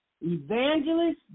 Evangelist